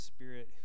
Spirit